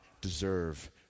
deserve